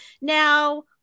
Now